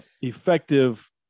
effective